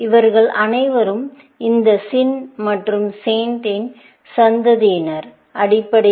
இவர்கள் அனைவரும் இந்த SIN மற்றும் SAINT இன் சந்ததியினர் அடிப்படையில்